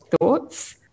thoughts